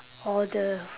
or the